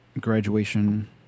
graduation